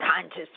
conscious